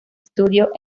studios